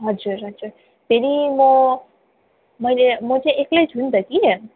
हजुर हजुर फेरि म मैले म चाहिँ एक्लै छु नि त कि